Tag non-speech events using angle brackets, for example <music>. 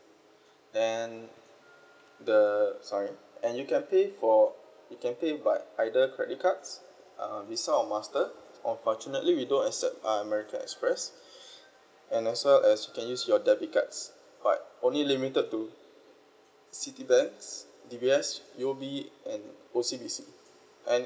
<breath> and the sorry and you can pay for you can pay by either credit cards uh visa or master unfortunately we don't accept uh american express and as well as you can also use your debit cards alright but only limited to CITIBANK D_B_S U_O_B and O_C_B_C